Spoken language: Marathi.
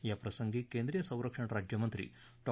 याप्रसंगी केंद्रीय संरक्षण राज्यमंत्री डॉ